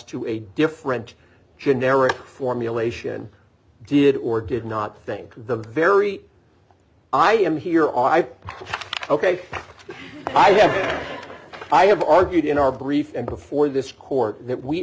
to a different generic formulation did or did not think the very i am here i've i have i have argued in our brief and before this court that we